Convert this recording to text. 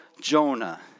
Jonah